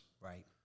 Right